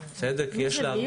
תהיה למשל חיפה,